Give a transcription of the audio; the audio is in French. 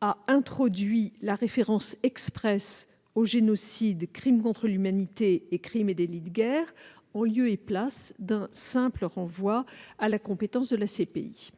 a introduit la référence expresse aux génocides, crimes contre l'humanité et crimes et délits de guerre, en lieu et place d'un simple renvoi à la compétence de la CPI.